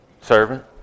servant